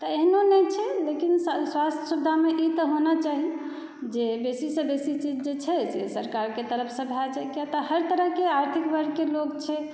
तऽ एहनो नहि छै लेकिन स्वास्थ्य सुविधामे ई तऽ होना चाही जे बेसी सँ बेसी चीज जे छै से सरकारके तरफसँ भए जाइ कियातऽ हर तरहकेँ आर्थिक वर्गके लोक छै